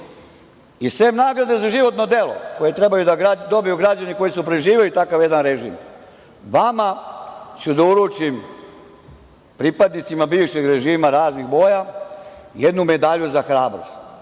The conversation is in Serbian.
i sem nagrade za životno delo, koje trebaju da dobiju građani koji su preživeli takav jedan režim, vama ću da uručim, pripadnicima bivšeg režima raznih boja, jednu medalju za hrabrost,